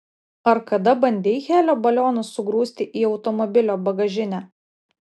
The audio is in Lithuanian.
ar kada bandei helio balionus sugrūsti į automobilio bagažinę